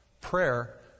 Prayer